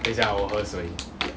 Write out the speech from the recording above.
等一下我喝水